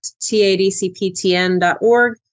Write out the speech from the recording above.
TADCPTN.org